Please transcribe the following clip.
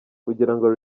kugirango